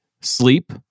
sleep